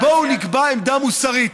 בואו נקבע עמדה מוסרית,